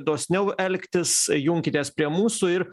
dosniau elgtis junkitės prie mūsų ir